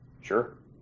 Sure